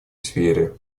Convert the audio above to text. сфере